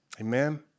Amen